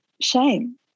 shame